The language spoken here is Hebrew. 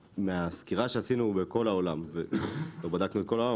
מהסקירה שעשינו בכל העולם לא בדקנו את כל העולם,